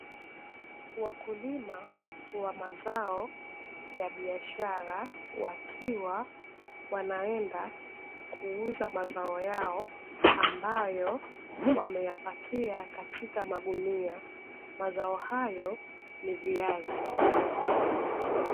Wakulima wa mazao ya biashara wakiwa wanaenda kuuza mazao yao ambayo wameyapakia katika magunia, mazao hayo ni viazi.